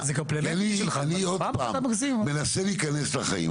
אני עוד פעם מנסה להיכנס לחיים,